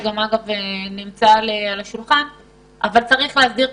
יש להסדיר את